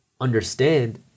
understand